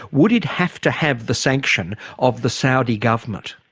would it have to have the sanction of the saudi government?